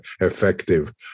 effective